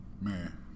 man